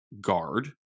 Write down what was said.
guard